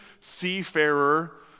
seafarer